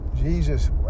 Jesus